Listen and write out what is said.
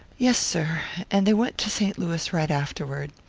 yes, sir and they went to st. louis right afterward.